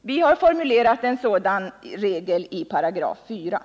Vi har formulerat en sådan regel i 4 §.